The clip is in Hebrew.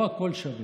לא הכול שווה.